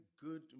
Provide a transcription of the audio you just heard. good